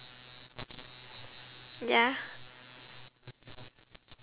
ya